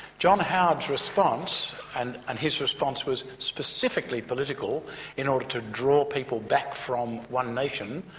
john howard's response, and, and his response was specifically political in order to draw people back from one nation,